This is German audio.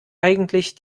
eigentlich